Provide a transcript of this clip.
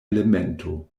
elemento